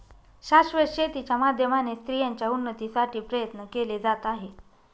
शाश्वत शेती च्या माध्यमाने स्त्रियांच्या उन्नतीसाठी प्रयत्न केले जात आहे